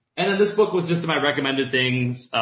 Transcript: and then this book was just to my recommended things,